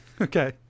Okay